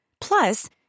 Plus